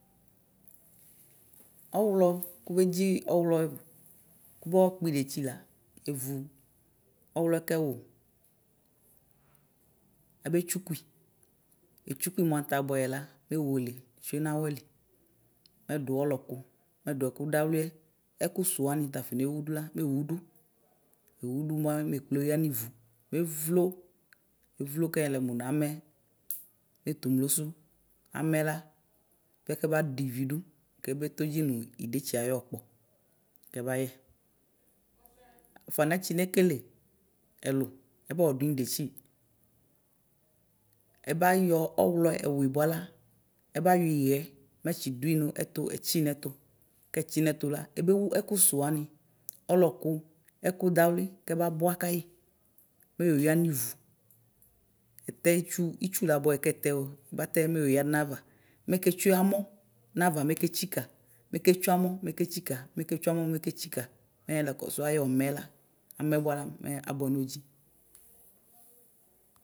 Ɔwlɔ kʋ ʋbedzi ɔwlɔ kʋbɔ kpidetsi la ʋvʋ, ɔwlɔɛ kɛwʋ, ɛbe tsʋkui mʋtɛ abʋɛyɛ la mɛ eweletsue nawɛli mɛdʋ ɔlɔkʋ mɛdʋ ɛkʋdawliɛ ɛkʋ wani ta afɔnewʋla mɛ ewʋdʋ bʋa mɛ ekpleya nivʋ, mɛvlo evlo kɛnamʋ nʋ amɛ mɛ etumlosi amɛla mɛkɛba dɛ ividi kebetodzi nʋ idetsi ayɔkpɔ kɛbayɛ. ɛfʋaniɛ atsi nekele ɛlʋ ɛʋɔkpɔdʋ nidetsi ɛbayɔ ɔwlɔ ɛwui bʋala ɛbayɔ yie mɛtsi dʋi nʋ ɛtʋ kɛtsi nɛtʋ la ɛbewʋ ɛkusu wanʋ ɔlɔkʋ ɛkudawli kɛbabʋa kayi meyoya nivʋ ɛtɛ itsu itsu laboɛ kɛtɛ o batɛ mɛyoya nayava mɛketsʋe amɔ nava mɛketsika mɛketsika mɛ yixla ɛkɔsʋ ayʋ ɔmɛ la amɛ bʋala mɛ abʋɛ nodzi.